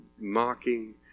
mocking